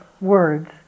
words